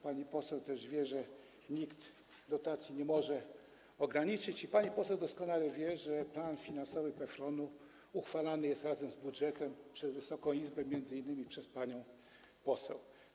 Pani poseł też wie, że nikt dotacji nie może ograniczyć i pani poseł doskonale wie, że plan finansowy PFRON uchwalany jest razem z budżetem przez Wysoką Izbę, m.in. przez panią poseł.